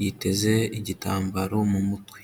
yiteze igitambaro mu mutwe.